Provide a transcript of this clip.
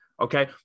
Okay